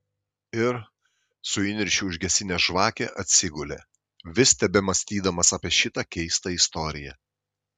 ir su įniršiu užgesinęs žvakę atsigulė vis tebemąstydamas apie šitą keistą istoriją